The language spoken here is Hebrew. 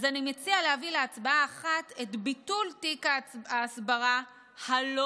אז אני מציע להביא להצבעה אחת את ביטול תיק ההסברה הלא-נחוץ"